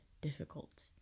difficult